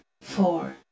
four